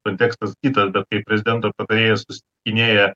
kontekstas kitas bet kai prezidento patarėjas susitikinėja